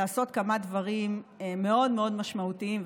לעשות כמה דברים מאוד מאוד משמעותיים,